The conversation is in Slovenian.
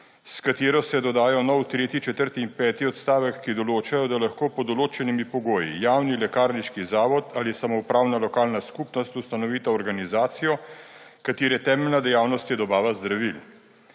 s katero se dodajo novi tretji, četrti in peti odstavek, ki določajo, da lahko pod določenimi pogoji javni lekarniški zavod ali samoupravna lokalna skupnost ustanovita organizacijo, katere temeljna dejavnost je dobava zdravil.